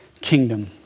kingdom